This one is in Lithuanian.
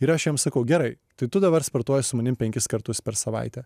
ir aš jiem sakau gerai tai tu dabar sportuoji su manim penkis kartus per savaitę